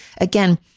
Again